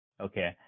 okay